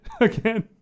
again